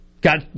Got